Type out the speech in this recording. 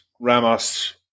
Ramos